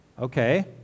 okay